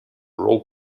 role